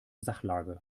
sachlage